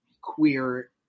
queer